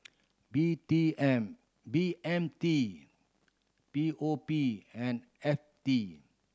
B T M B M T P O P and F T